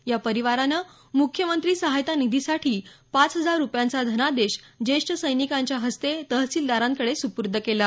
या परिवारानं मुख्यमंत्री सहाय्यता निधीसाठी पाच हजार रुपयांचा धनादेश ज्येष्ठ सैनिकांच्या हस्ते तहसीलदारांकडे सुपूर्द केला